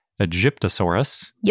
Egyptosaurus